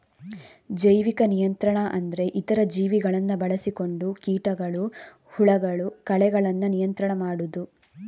ಜೈವಿಕ ನಿಯಂತ್ರಣ ಅಂದ್ರೆ ಇತರ ಜೀವಿಗಳನ್ನ ಬಳಸಿಕೊಂಡು ಕೀಟಗಳು, ಹುಳಗಳು, ಕಳೆಗಳನ್ನ ನಿಯಂತ್ರಣ ಮಾಡುದು